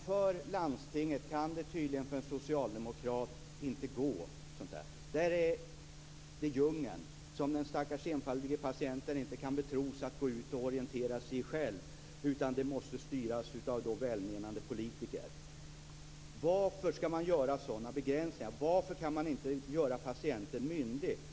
För en socialdemokrat kan det tydligen inte accepteras utanför landstinget, för där råder en djungel som den stackars enfaldige patienten inte kan betros att orientera sig i själv, utan det måste ske en styrning av välmenande politiker. Varför skall man göra sådana begränsningar? Varför kan man inte göra patienten myndig?